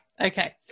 okay